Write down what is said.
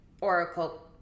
oracle